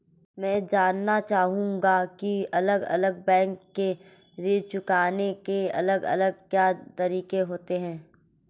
मैं जानना चाहूंगा की अलग अलग बैंक के ऋण चुकाने के अलग अलग क्या तरीके होते हैं?